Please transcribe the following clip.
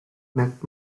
merkt